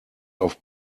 auf